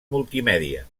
multimèdia